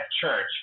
church